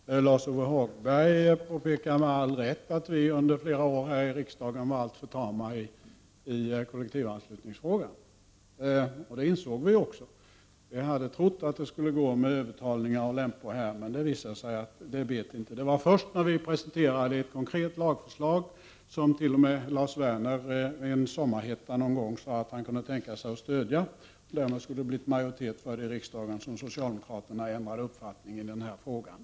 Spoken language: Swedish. Herr talman! Lars-Ove Hagberg påpekar med all rätt att vi i centerpartiet under flera år här i riksdagen var alltför tama i kollektivanslutningsfrågan. Det insåg vi också. Vi hade trott att det skulle gå med övertalning och lämpor, men det bet inte. Det var först när vi presenterade ett konkret lagförslag, som t.o.m. Lars Werner i sommarhettan sade att han kunde tänka sig att stödja och som det därmed skulle ha blivit en majoritet för i riksdagen som socialdemokraterna ändrade uppfattning i frågan.